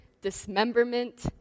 dismemberment